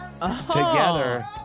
together